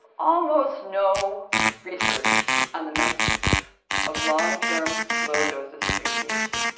almost no research on the medical of long term low doses of radiation.